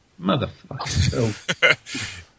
Motherfucker